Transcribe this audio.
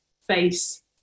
face